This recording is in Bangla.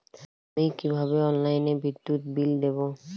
আমি কিভাবে অনলাইনে বিদ্যুৎ বিল দেবো?